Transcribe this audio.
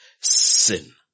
sin